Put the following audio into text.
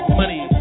money